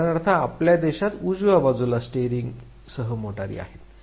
उदाहरणार्थ आपल्या देशात उजव्या बाजूला स्टीयरिंगसह मोटारी आहेत